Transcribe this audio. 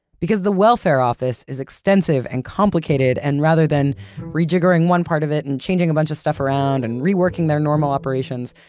because the welfare office is extensive, and complicated, and rather than rejiggering one part of it and changing a bunch of stuff around and reworking their normal operations,